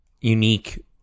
unique